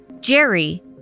Jerry